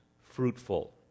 fruitful